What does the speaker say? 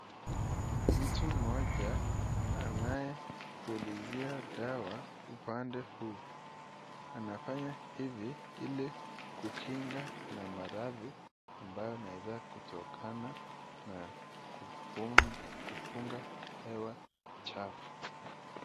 Mtu mmoja anayepulizia dawa upande huu. Anafanya hivi ili kukinga na maradhi ambayo inaeza kutokana na kupunga hewa chafu.